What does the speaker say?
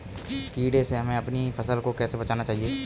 कीड़े से हमें अपनी फसल को कैसे बचाना चाहिए?